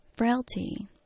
Frailty